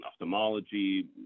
ophthalmology